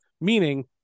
Meaning